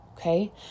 Okay